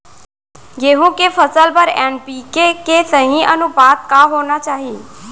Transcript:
गेहूँ के फसल बर एन.पी.के के सही अनुपात का होना चाही?